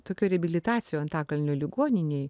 tokioj reabilitacijo antakalnio ligoninėj